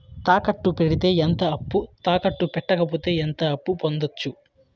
తాకట్టు పెడితే ఎంత అప్పు, తాకట్టు పెట్టకపోతే ఎంత అప్పు పొందొచ్చు?